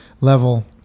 level